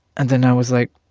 and then i was like,